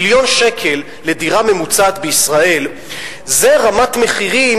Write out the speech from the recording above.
מיליון שקל לדירה ממוצעת בישראל זה רמת מחירים